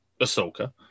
Ahsoka